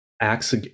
acts